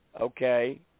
okay